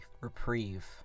reprieve